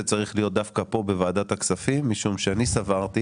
צריך להיות דווקא כאן בוועדת הכספים משום שאני סברתי